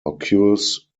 occurs